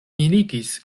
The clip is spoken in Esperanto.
mirigis